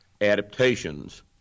adaptations